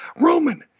Roman